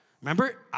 remember